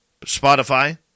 Spotify